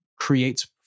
creates